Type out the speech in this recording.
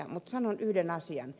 mutta sanon yhden asian